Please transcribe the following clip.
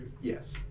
Yes